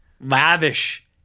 lavish